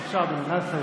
בבקשה, אדוני, נא לסיים.